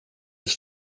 his